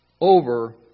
over